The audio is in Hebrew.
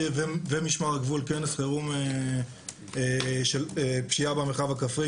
ומשמר הגבול כנס חירום של פשיעה במרחב הכפרי,